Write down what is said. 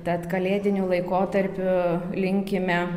tad kalėdiniu laikotarpiu linkime